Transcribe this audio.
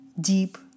deep